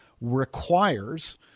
requires